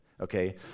okay